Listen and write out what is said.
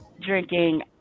drinking